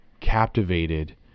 captivated